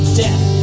death